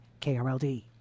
KRLD